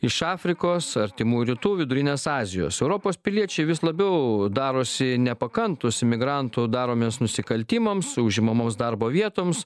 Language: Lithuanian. iš afrikos artimųjų rytų vidurinės azijos europos piliečiai vis labiau darosi nepakantūs imigrantų daromiems nusikaltimams užimamos darbo vietoms